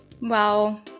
Wow